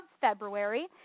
February